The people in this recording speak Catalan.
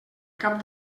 cap